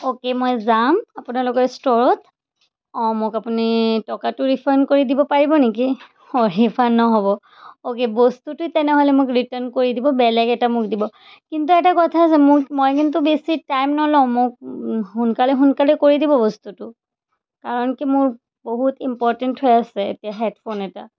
okay মই যাম আপোনালোকৰ ষ্টৰত অঁ মোক আপুনি টকাটো ৰিফাণ্ড কৰি দিব পাৰিব নেকি অঁ ৰিফাণ্ড নহ'ব অ'কে বস্তুটো তেনেহ'লে মোক ৰিটাৰ্ণ কৰি দিব বেলেগ এটা মোক দিব কিন্তু এটা কথা আছে মোক মই কিন্তু বেছি টাইম নলওঁ মোক সোনকালে সোনকালে কৰি দিব বস্তুটো কাৰণ কি মোৰ বহুত ইম্পৰ্টেণ্ট হৈ আছে এতিয়া হেডফোন এটা